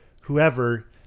whoever